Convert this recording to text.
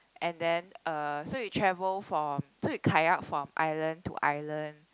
and then uh so you travel from so you kayak from island to island